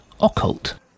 occult